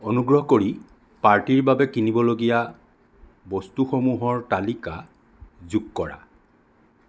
অনুগ্ৰহ কৰি পাৰ্টিৰ বাবে কিনিবলগীয়া বস্তুসমূহৰ তালিকা যোগ কৰা